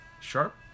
sharp